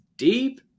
Deep